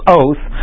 oath